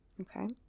Okay